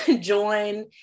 join